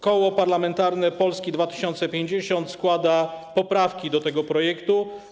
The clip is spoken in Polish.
Koło Parlamentarne Polska 2050 składa poprawki do tego projektu.